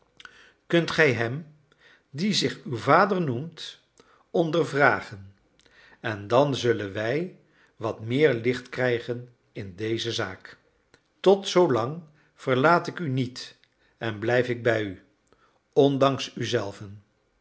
kunt gij hem die zich uw vader noemt ondervragen en dan zullen wij wat meer licht krijgen in deze zaak tot zoolang verlaat ik u niet en blijf ik bij u ondanks u